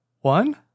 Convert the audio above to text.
one